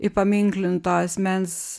įpaminklinto asmens